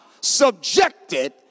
subjected